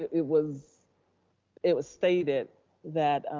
it was it was stated that